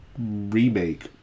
remake